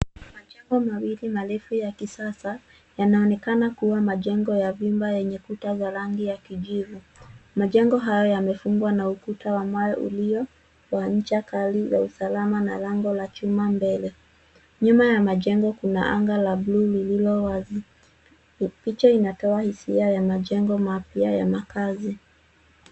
Majengo marefu marefu ya kisasa yanaonekana kuwa majengo ya vyumba yenye kuta za rangi ya kijivu. Majengo haya yamefumbwa na ukuta wa mawe ulio wa ncha kali wa usalama na lango la chuma mbele. Nyuma ya majengo kuna anga la buluu lililo wazi. Picha inatoa hisia ya majengo mapya ya makazi.